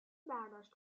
برداشت